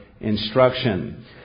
instruction